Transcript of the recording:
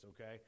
okay